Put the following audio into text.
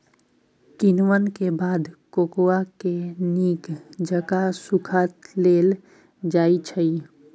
किण्वन के बाद कोकोआ के नीक जकां सुखा लेल जाइ छइ